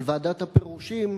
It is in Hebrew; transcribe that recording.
על ועדת הפירושים,